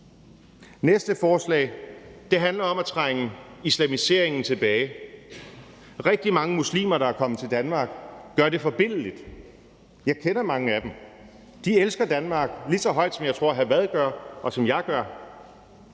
Næste forslag handler om at trænge islamiseringen tilbage. Rigtig mange muslimer, der er kommet til Danmark, gør det forbilledligt. Jeg kender mange af dem, og de elsker Danmark lige så højt, som jeg tror hr. Frederik Vad gør, og som jeg gør,